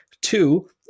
two